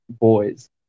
boys